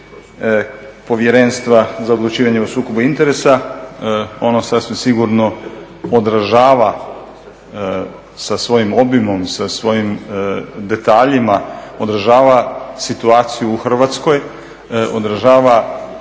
Povjerenstva za odlučivanje o sukobu interesa. Ono sasvim sigurno odražava sa svojim obimom, sa svojim detaljima, odražava situaciju u Hrvatskoj, odražava